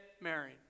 married